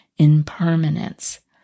impermanence